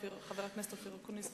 חבר הכנסת אופיר אקוניס.